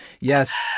Yes